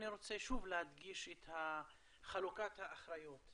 אני רוצה שוב להדגיש את חלוקת האחריות.